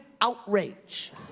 outrage